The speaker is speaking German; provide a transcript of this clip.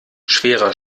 schwerer